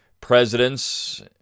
presidents